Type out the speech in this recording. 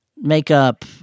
makeup